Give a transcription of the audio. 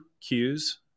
cues